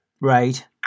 Right